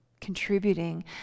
contributing